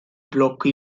blocco